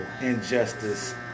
injustice